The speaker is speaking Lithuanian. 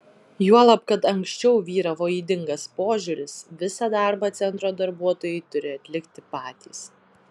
juolab kad anksčiau vyravo ydingas požiūris visą darbą centro darbuotojai turi atlikti patys